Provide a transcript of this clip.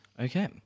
Okay